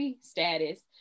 status